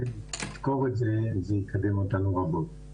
צריך לזכור את זה וזה יקדם אותנו רבות.